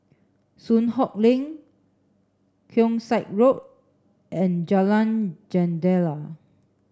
Soon Hock Lane Keong Saik Road and Jalan Jendela